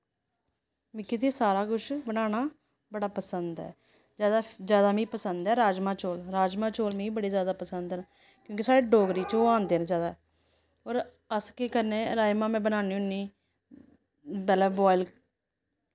मिकी ते सारा कुछ बनाना बड़ा पसंद ऐ ज्यादा ज्यादा मीं पसंद ऐ राजमा चौल राजमा चौल मिगी बड़े ज्यादा पसंद न क्योंकि साढ़ी डोगरी च ओह् आंदे न ज्यादा होर अस केह् करने राजमा में बनानी होन्नी पैह्लें बोआयल